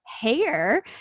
Hair